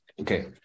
Okay